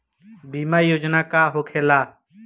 बीमा योजना का होखे ला?